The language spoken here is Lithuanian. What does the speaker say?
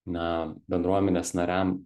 na bendruomenės nariam